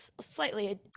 slightly